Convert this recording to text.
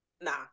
nah